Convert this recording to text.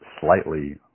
slightly